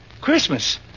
Christmas